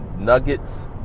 nuggets